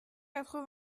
quatre